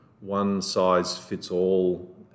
one-size-fits-all